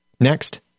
Next